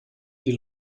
die